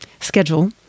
schedule